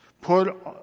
Put